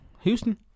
Houston